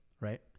right